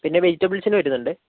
പിന്നെ വെജിറ്റബിൾസിന് വരുന്നുണ്ട്